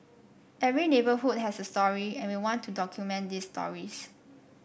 every neighbourhood has a story and we want to document these stories